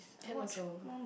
can also